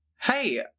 Hey